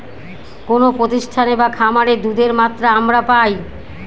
কোনো প্রতিষ্ঠানে বা খামারে দুধের মাত্রা আমরা পাই